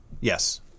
Yes